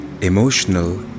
emotional